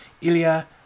Ilya